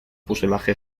fuselaje